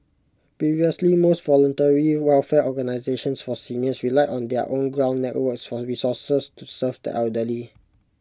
previously most voluntary welfare organisations for seniors relied on their own ground networks for resources to serve the elderly